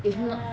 if not